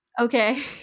Okay